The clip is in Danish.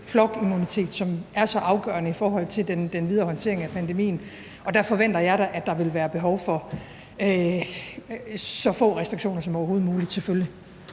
flokimmunitet, som er så afgørende i forhold til den videre håndtering af pandemien, og der forventer jeg da selvfølgelig, at der vil være behov for så få restriktioner som overhovedet muligt. Kl.